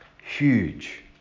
huge